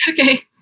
okay